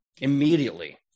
immediately